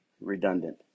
redundant